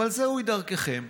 אבל זוהי דרככם,